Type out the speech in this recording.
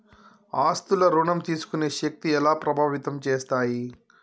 ఆస్తుల ఋణం తీసుకునే శక్తి ఎలా ప్రభావితం చేస్తాయి?